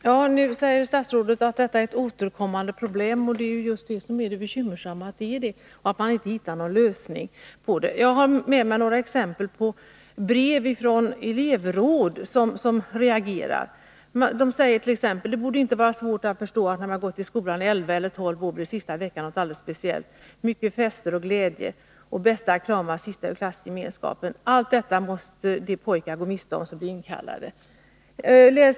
Fru talman! Statsrådet säger att detta är ett återkommande problem — det är ju just det som är det bekymmersamma — och att man inte hittat någon lösning på det. Jag har med mig några brev från elevråd som reagerat. I ett sägst. ex: Det borde inte vara svårt att förstå att när man har gått i skolan i elva eller tolv år blir sista veckan något alldeles speciellt — mycket fester och glädje — och man gör det bästa för att krama det sista ur klassgemenskapen. Allt detta måste de pojkar gå miste om som blir inkallade.